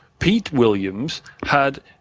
pete williams had,